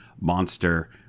monster